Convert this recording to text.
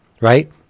right